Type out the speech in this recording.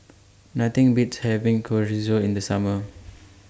Nothing Beats having Chorizo in The Summer